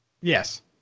Yes